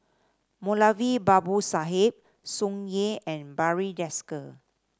Moulavi Babu Sahib Tsung Yeh and Barry Desker